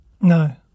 No